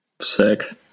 sick